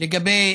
לגבי